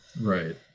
Right